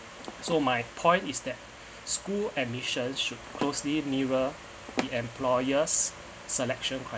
so my point is that school admissions should closely mirror the employers' selection